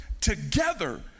together